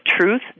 truth